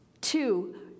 two